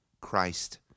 Christ